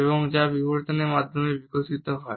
এবং যা বিবর্তনের মাধ্যমে বিকশিত হয়